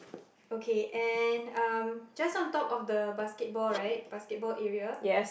okay and just on top of the basketball right basketball area